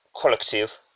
collective